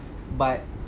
but